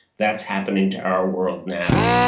that's happening to our world now.